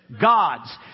God's